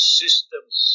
systems